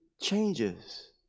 changes